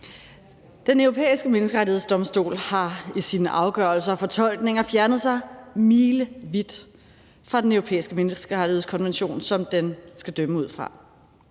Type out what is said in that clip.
Den Europæiske Menneskerettighedsdomstol har i sine afgørelser og fortolkninger fjernet sig milevidt fra Den Europæiske Menneskerettighedskonvention, som den skal dømme ud fra.